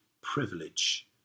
privilege